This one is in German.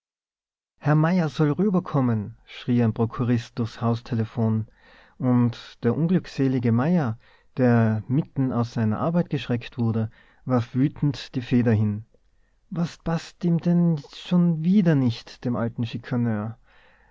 herr mayer soll rüberkommen schrie ein prokurist durchs haustelephon und der unglückselige mayer der mitten aus seiner arbeit geschreckt wurde warf wütend die feder hin was paßt ihm denn schon wieder nicht dem alten